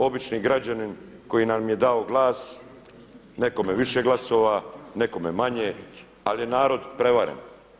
Obični građanin koji nam je dao glas nekome više glasova, nekome manje, ali je narod prevaren.